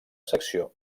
secció